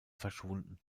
verschwunden